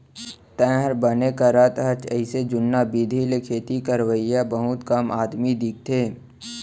तैंहर बने करत हस अइसे जुन्ना बिधि ले खेती करवइया बहुत कम आदमी दिखथें